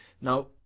now